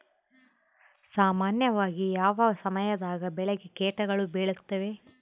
ಸಾಮಾನ್ಯವಾಗಿ ಯಾವ ಸಮಯದಾಗ ಬೆಳೆಗೆ ಕೇಟಗಳು ಬೇಳುತ್ತವೆ?